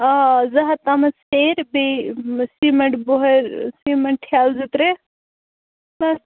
آ آ زٕ ہَتھ تام سیرِ بیٚیہِ سیٖمنٛٹ بۄہَرۍ سیٖمنٛٹ ٹھیلہٕ زٕ ترٛےٚ بَس